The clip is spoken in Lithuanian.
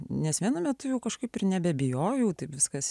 nes vienu metu jau kažkaip ir nebebijojau taip viskas